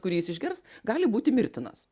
kurį jis išgers gali būti mirtinas